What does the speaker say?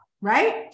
right